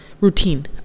routine